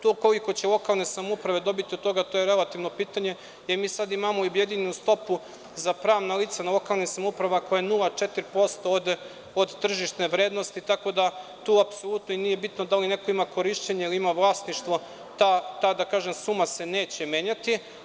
To koliko će lokalne samouprave dobiti od toga, to je relativno pitanje, jer mi sada imamo i objedinjenu stopu za pravna lica lokalnih samouprava, koja je 0,4% od tržišne vrednosti, tako da tu apsolutno nije ni bitno da li neko ima korišćenje ili ima vlasništvo, ta suma se neće menjati.